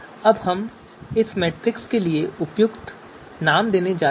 अब हम इस मैट्रिक्स के लिए उपयुक्त नाम देने जा रहे हैं